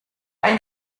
ein